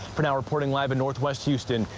for now, reporting live in northwest houston,